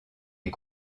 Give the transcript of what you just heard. est